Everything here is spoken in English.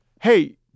Hey